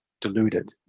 deluded